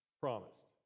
promised